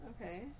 Okay